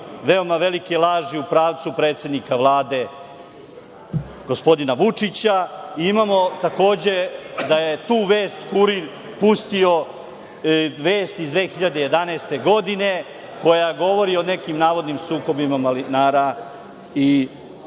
veoma velike laži u pravcu predsednika Vlade, gospodina Vučića. Imamo da je tu vest „Kurir“ pustio 2011. godine, koja govori o nekim navodnim sukobima malinara i policije,